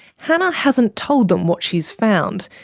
hannah hasn't told them what she's found.